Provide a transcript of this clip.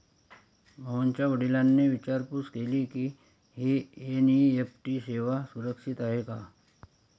मोहनच्या वडिलांनी विचारपूस केली की, ही एन.ई.एफ.टी सेवा सुरक्षित आहे का?